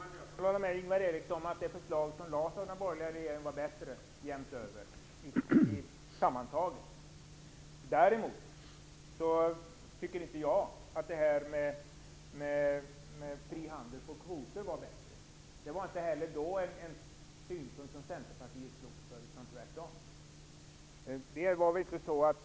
Herr talman! Jag håller med Ingvar Eriksson om att det förslag som den borgerliga regeringen lade fram sammantaget var bättre. Däremot tycker jag inte att förslaget om fri handel på kvoter var bättre. Det var inte heller då en synpunkt som Centerpartiet stod för - tvärtom.